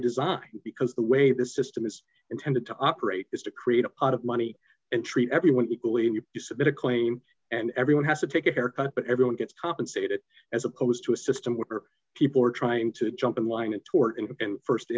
design because the way the system is intended to operate is to create a pot of money and treat everybody equally if you submit a claim and everyone has to take a haircut but everyone gets compensated as opposed to a system where people are trying to jump in line and tore in